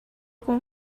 com